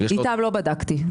איתם לא בדקתי.